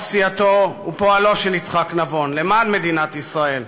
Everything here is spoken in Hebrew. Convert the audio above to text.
עשייתו ופועלו של יצחק נבון למען מדינת ישראל.